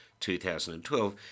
2012